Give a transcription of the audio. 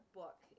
book